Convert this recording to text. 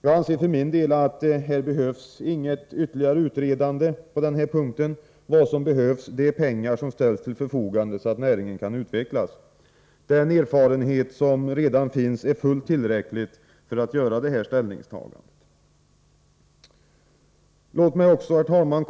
Jag anser för min del inte att det behövs ytterligare utredande på denna punkt — vad som behövs är att pengar ställs till förfogande så att näringen kan utvecklas. Den erfarenhet som redan finns är fullt tillräcklig för att göra detta ställningstagande. Herr talman!